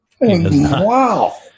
Wow